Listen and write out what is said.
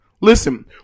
listen